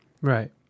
right